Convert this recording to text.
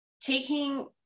taking